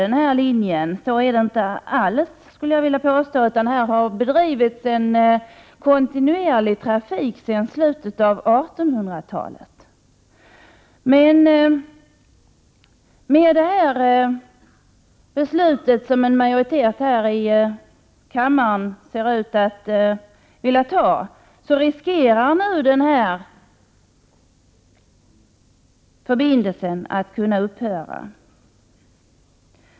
Så är det inte alls, utan här har bedrivits en kontinuerlig trafik sedan slutet av 1800-talet. Med det beslut som en majoritet här i kammaren verkar vilja fatta, finns det risk för att förbindelsen nu kommer att upphöra.